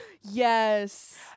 yes